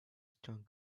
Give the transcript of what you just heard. stung